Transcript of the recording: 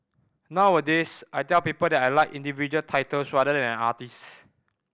nowadays I tell people that I like individual titles rather than an artist